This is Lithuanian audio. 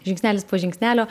žingsnelis po žingsnelio